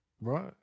Right